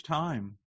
time